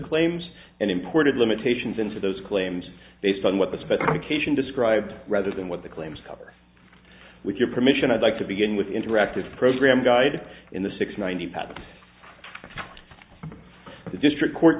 claims and imported limitations into those claims based on what this but a cage and described rather than what the claims cover with your permission i'd like to begin with interactive program guide in the six ninety pound the district court